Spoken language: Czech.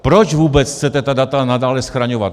Proč vůbec chcete ta data nadále schraňovat?